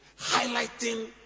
highlighting